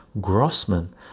Grossman